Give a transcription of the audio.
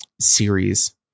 series